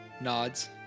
nods